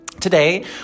Today